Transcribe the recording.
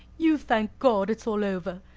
you thank god it's all over,